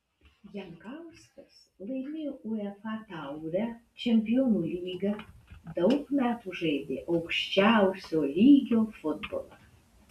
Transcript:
jankauskas laimėjo uefa taurę čempionų lygą daug metų žaidė aukščiausio lygio futbolą